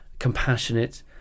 compassionate